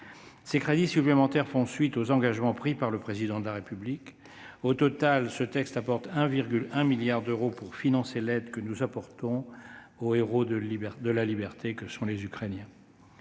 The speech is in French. Ces crédits supplémentaires font suite aux engagements pris par le Président de la République. Au total, ce texte apporte 1,1 milliard d'euros pour financer l'aide que nous apportons aux hérauts de la liberté que sont les Ukrainiens.